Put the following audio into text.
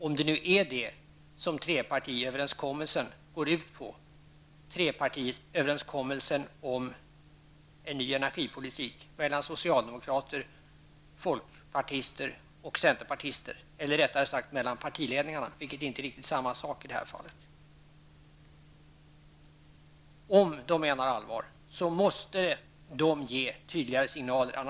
Om det nu är detta som trepartiöverenskommelsen går ut på, överenskommelsen om en ny energipolitik mellan socialdemokrater, folkpartister och centerpartister -- eller rättare sagt mellan partiledningarna, vilket inte är samma sak i det här fallet -- och om de menar allvar, så måste de ge en tydligare signal.